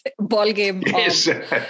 ballgame